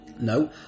No